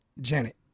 Janet